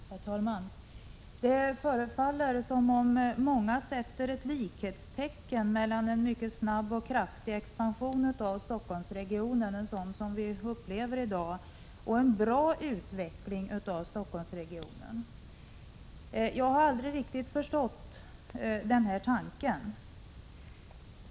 Herr talman! Det förefaller som om många sätter likhetstecken mellan en mycket snabb och kraftig expansion av Stockholmsregionen — en sådan som vi upplever i dag — och en bra utveckling av Stockholmsregionen. Jag har aldrig riktigt förstått denna tankegång.